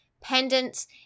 pendants